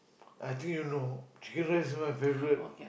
I think you know chicken rice is my favourite